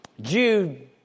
Jude